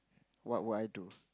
what would I do